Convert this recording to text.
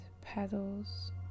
petals